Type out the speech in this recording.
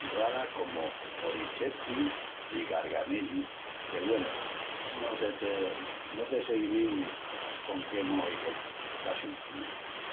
ralas comu orecchiette i garganelli, que, güenu, no se te... no te sé izil con qué moji casin mejol.